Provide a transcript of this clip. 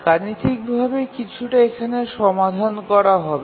গাণিতিক ভাবে কিছুটা এখানে সমাধান করা হবে